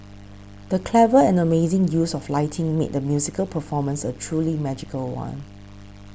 the clever and amazing use of lighting made the musical performance a truly magical one